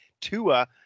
Tua